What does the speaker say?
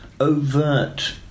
overt